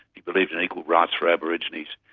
he believed in equal rights for aborigines,